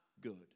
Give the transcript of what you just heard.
good